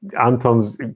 Anton's